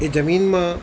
એ જમીનમાં